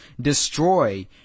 destroy